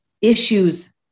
issues